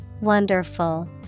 Wonderful